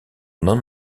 non